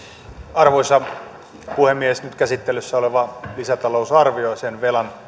arvoisa puhemies nyt käsittelyssä oleva lisätalousarvio ja sen